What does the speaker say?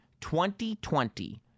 2020